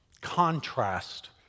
contrast